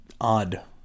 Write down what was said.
odd